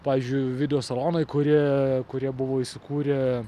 pavyzdžiui video salonai kurie kurie buvo įsikūrę